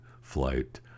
flight